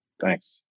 Thanks